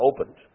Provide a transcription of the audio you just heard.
opened